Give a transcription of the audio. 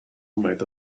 made